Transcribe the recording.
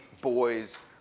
boys